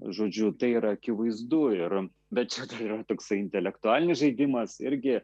žodžiu tai yra akivaizdu ir bet čia yra toksai intelektualinis žaidimas irgi